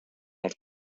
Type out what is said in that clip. els